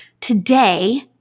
today